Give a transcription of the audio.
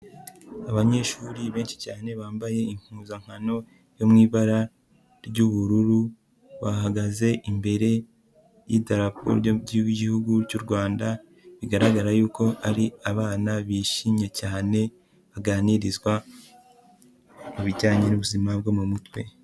Abanyeshuri benshi cyane, bambaye impuzankano yo mu ibara ry'ubururu, bahagaze imbere y'idarapo ry'igihugu cy'u Rwanda, bigaragara yuko ari abana bishimye cyane, baganirizwa mu bijyanye n'ubuzima bwo mu mutwe.